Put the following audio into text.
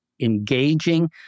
engaging